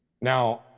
now